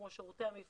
כמו שירותי המבחן,